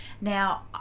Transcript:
Now